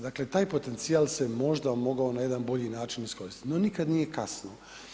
Dakle, taj potencijal se možda mogao na jedan bolji način iskoristiti no nikad nije kasno.